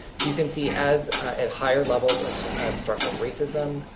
so you can see as at higher levels of structural racism,